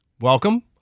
welcome